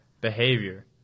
Behavior